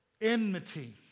Enmity